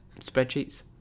spreadsheets